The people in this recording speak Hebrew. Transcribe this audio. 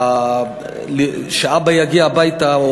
שאבא יגיע הביתה,